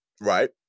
Right